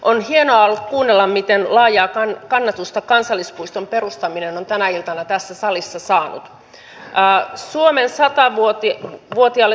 on hienoa ollut kuunnella miten laajaa kannatusta kansallispuiston perustaminen on tänä iltana tässä salissa saanut